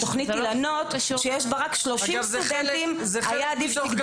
היה עדיף שתוכנית אילנות,